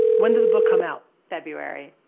when did the book come out? february.